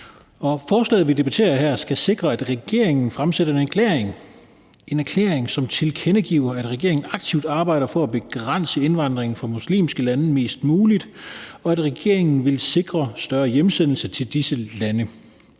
Forslaget, vi debatterer her »... skal sikre, at regeringen fremsætter en erklæring, som tilkendegiver, at regeringen aktivt arbejder for at begrænse indvandringen fra muslimske lande mest muligt, og at regeringen vil sikre større hjemsendelse til disse lande.